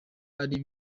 ari